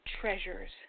treasures